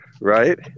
Right